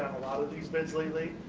lot of these bids lately.